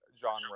genre